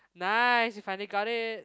nice you finally got it